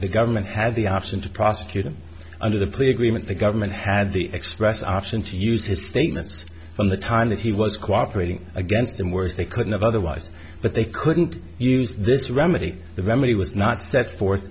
the government had the option to prosecute him under the plea agreement the government had the express option to use his statements from the time that he was cooperated against him whereas they couldn't have otherwise but they couldn't use this remedy the remedy was not set forth